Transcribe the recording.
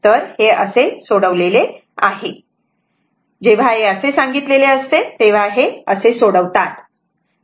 तर हे असे सोडवलेले आहे जेव्हा असे सांगितलेले असते तेव्हा हे असे सोडवतात